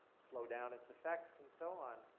slow down its effects and so on.